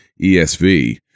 ESV